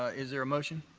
ah is there a motion?